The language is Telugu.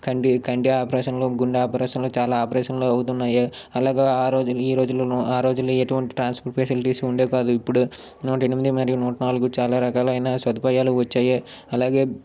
కంటి కంటి ఆపరేషన్లు గుండే ఆపరేషన్లు చాలా ఆపరేషన్లు అవుతున్నాయి అలాగే ఆరోజు ఈ రోజు ఆ రోజుల్లో ఎటువంటి ట్రాన్స్పోర్ట్ ఫెసిలిటీస్ ఉండేవి కావు ఇప్పుడు నూట ఎనిమిది మరియు నూట నాలుగు చాలా రకాలైన సదుపాయాలు వచ్చాయి అలాగే